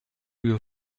you